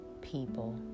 people